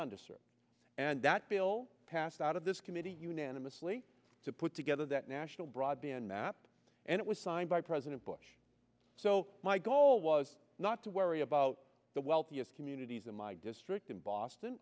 under sir and that bill passed out of this committee unanimously to put together that national broadband map and it was signed by president bush so my goal was not to worry about the wealthiest communities in my district in boston